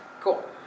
Cool